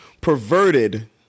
perverted